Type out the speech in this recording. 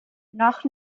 noch